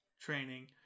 training